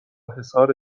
حصار